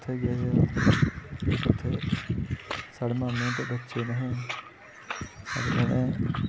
उत्थें गेदे अस उत्थें साढ़े माम्मे होंदे बच्चे निहे आं ते उ'नें